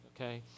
okay